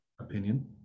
opinion